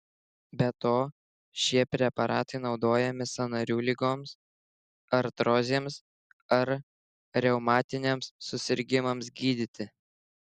be to šie preparatai naudojami sąnarių ligoms artrozėms ar reumatiniams susirgimams gydyti